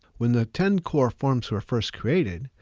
when the ten core forms were first created,